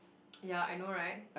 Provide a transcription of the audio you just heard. ya I know right